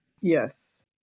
Yes